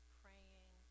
praying